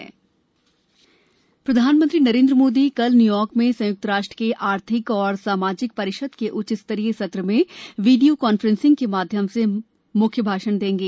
प्रधानमंत्री संबोधन प्रधानमंत्री नरेन्द्र मोदी कल न्यूयॉर्क में संयुक्त राष्ट्र के आर्थिक और सामाजिक परिषद के उच्च स्तरीय सत्र में वीडियो कांफ्रेंसिंग के माध्यनम से मुख्य भाषण देंगे